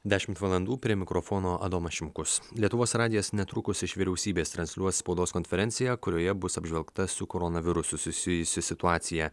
dešimt valandų prie mikrofono adomas šimkus lietuvos radijas netrukus iš vyriausybės transliuos spaudos konferenciją kurioje bus apžvelgta su koronavirusu susijusi situacija